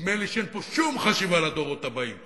נדמה לי שאין פה שום חשיבה לדורות הבאים.